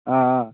ಹಾಂ ಹಾಂ